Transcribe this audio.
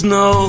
no